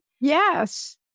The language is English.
Yes